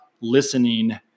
listening